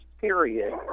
period